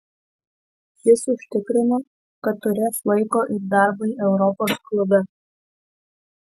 jis užtikrino kad turės laiko ir darbui europos klube